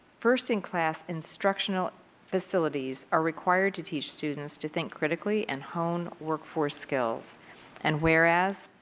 first-in-class instructional facilities are required to teach students to think critically and hone workforce skills and whereas,